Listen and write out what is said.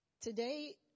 today